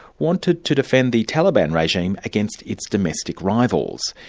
wanted to defend the taliban regime against its domestic rivals.